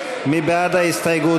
ההסתייגות?